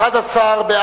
סעיף 1 נתקבל.